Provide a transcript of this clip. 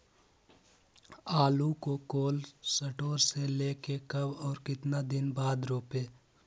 आलु को cold store से ले के कब और कितना दिन बाद रोपे?